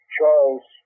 Charles